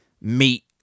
meat